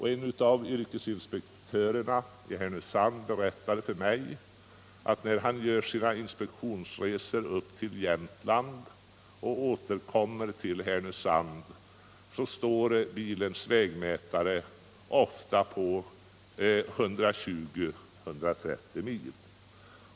En av yrkesinspektörerna i Härnösand berättade för mig att när han gör sina inspektionsresor upp till Jämtland och återkommer till Härnösand står bilens vägmätare ofta på 120-130 mil.